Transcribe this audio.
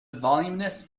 voluminous